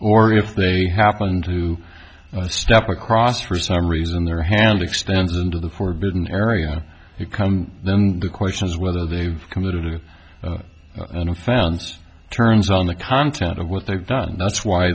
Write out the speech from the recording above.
or if they happen to step across for some reason their hand extended into the forbidden area and you come then the question is whether they have committed it and if ounce turns on the content of what they've done that's why